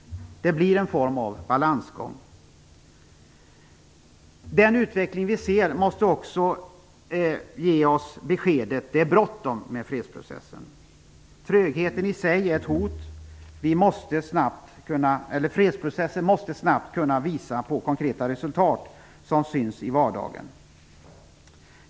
Det blir en form av balansgång. Den utveckling vi ser måste också ge oss beskedet att det är bråttom med fredsprocessen. Trögheten i sig är ett hot. Fredsprocessen måste snabbt kunna visa på konkreta resultat som syns i vardagen.